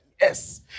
yes